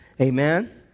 Amen